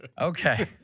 Okay